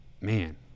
man